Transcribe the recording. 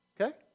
okay